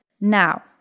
Now